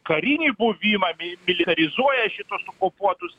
karinį buvimą bei militarizuoja šituos okupuotus